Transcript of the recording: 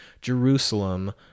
Jerusalem